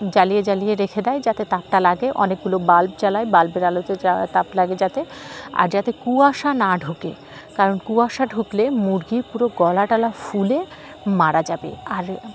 জ্বালিয়ে জ্বালিয়ে রেখে দেয় যাতে তাপটা লাগে অনেকগুলো বাল্ব জ্বালায় বাল্বের আলোতে তাপ লাগে যাতে আর যাতে কুয়াশা না ঢুকে কারণ কুয়াশা ঢুকলে মুরগির পুরো গলা টলা ফুলে মারা যাবে আর